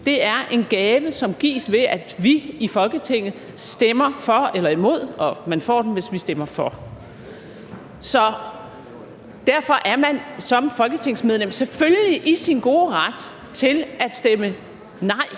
Det er en gave, som gives, ved at vi i Folketinget stemmer for eller imod, og man får indfødsret, hvis vi stemmer for. Derfor er man som folketingsmedlem selvfølgelig i sin gode ret til at stemme nej,